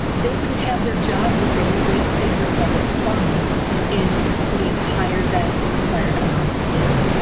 they wouldn't have their jobs if they were wasting their public funds in putting higher than the required amounts in.